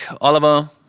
Oliver